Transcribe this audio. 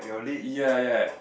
ya ya